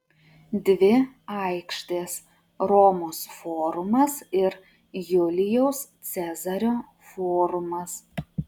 dvi aikštės romos forumas ir julijaus cezario forumas